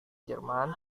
jerman